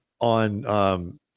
on